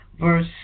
verse